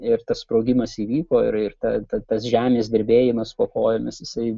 ir tas sprogimas įvyko ir ir ta tas žemės drebėjimas po kojomis jisai